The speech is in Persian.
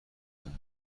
اون